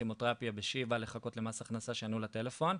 בכימותרפיה בשיבא לחכות למס הכנסה שיענו לטלפון,